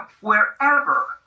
wherever